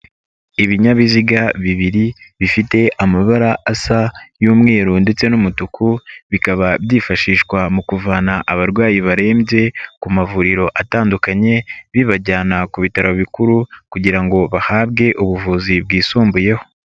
Ibinyabiziga bibiri bifite amabara asa y'umweru ndetse n'umutuku bikaba byifashishwa mu kuvana abarwayi barembye ku mavuriro atandukanye bibajyana ku bitaro bikuru kugira ngo bahabwe ubuvuzi bwisumbuyeho.